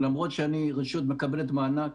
למרות שאני רשות מקבלת מענק,